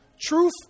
Truth